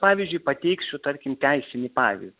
pavyzdžiui pateiksiu tarkim teisinį pavyzdį